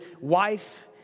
wife